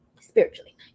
spiritually